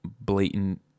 blatant